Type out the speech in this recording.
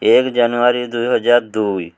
ଏକ ଜାନୁଆରୀ ଦୁଇହଜାର ଦୁଇ